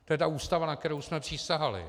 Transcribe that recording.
To je ta Ústava, na kterou jsme přísahali.